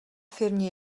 firmě